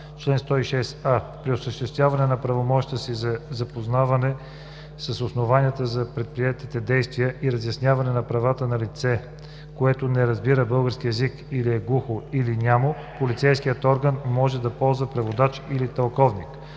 „Чл. 106а. (1) При осъществяване на правомощията си, за запознаване с основанията за предприетите действия и разясняване на правата на лице, което не разбира български език или е глухо, или нямо, полицейският орган може да ползва преводач или тълковник.